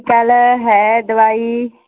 ਕਲ੍ਹ ਹੈ ਦਵਾਈ